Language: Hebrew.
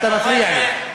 אתה מפריע לי.